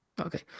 Okay